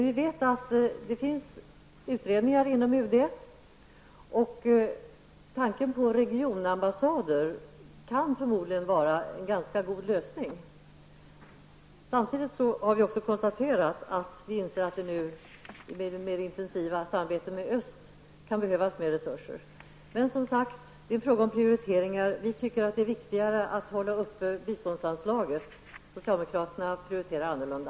Vi vet att det pågår utredningar inom UD, och regionambassader kan förmodligen vara en god lösning. Samtidigt har vi konstaterat att det nu i det mer intensiva samarbetet med öst kan behövas mer resurser. Men vi tycker att det är viktigare att hålla uppe biståndsanslaget; socialdemokraterna prioriterar annorlunda.